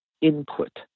input